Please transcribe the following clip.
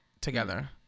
together